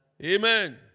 Amen